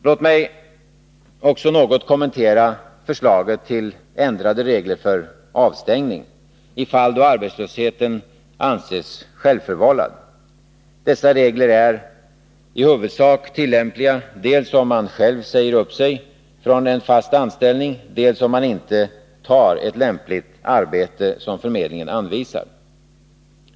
Låt mig också något kommentera förslaget till ändrade regler för avstängning i fall då arbetslösheten anses självförvållad. Dessa regler är i huvudsak tillämpliga dels om man själv säger upp sig från en fast anställning, dels om man inte tar ett lämpligt arbete som förmedlingen anvisar.